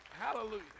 hallelujah